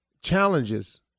Challenges